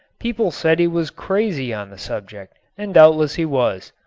people said he was crazy on the subject, and doubtless he was,